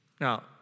Now